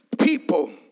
people